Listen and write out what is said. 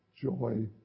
joy